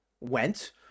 went